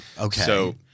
Okay